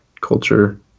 culture